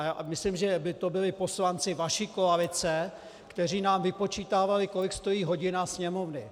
A myslím, že to byli poslanci vaší koalice, kteří nám vypočítávali, kolik stojí hodina sněmovny.